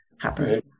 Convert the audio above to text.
happen